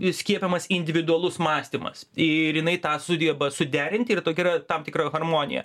įskiepijamas individualus mąstymas ir jinai tą sugeba suderinti ir tokia yra tam tikra harmonija